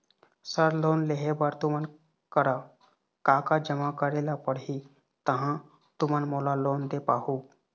Sir loan लेहे बर तुमन करा का का जमा करें ला पड़ही तहाँ तुमन मोला लोन दे पाहुं?